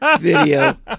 video